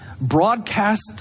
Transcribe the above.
Broadcast